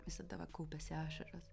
visada va kaupiasi ašaros